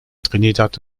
trinidad